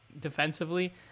defensively